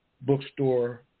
bookstore